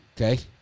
Okay